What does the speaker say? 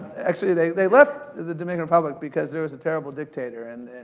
actually, they they left the dominican republic because there was a terrible dictator. and,